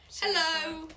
hello